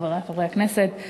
חברי חברי הכנסת,